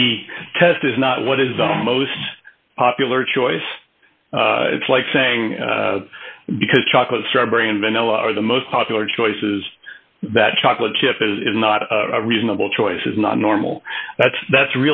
the test is not what is the most popular choice it's like saying because chocolate star brain vanilla are the most popular choices that chocolate chip is not a reasonable choice is not normal that's that's